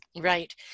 right